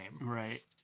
Right